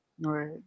right